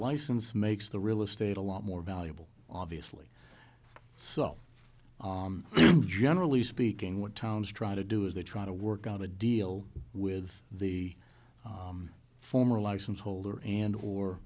license makes the real estate a lot more valuable obviously so generally speaking what towns try to do is they try to work out a deal with the former license holder and or